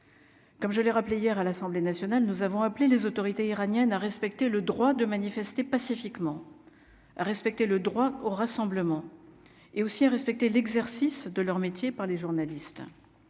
comme je l'ai rappelé hier à l'Assemblée nationale, nous avons appelé les autorités iraniennes à respecter le droit de manifester pacifiquement, respecter le droit au rassemblement et aussi à respecter l'exercice de leur métier par les journalistes,